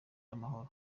n’amahoro